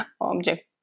object